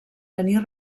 tenir